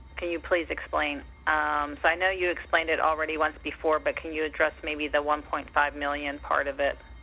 can you please explain. so i know you explained it already once before, but can you address maybe the one point five million dollars part of it?